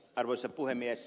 arvoisa puhemies